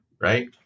right